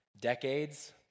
decades